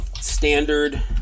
Standard –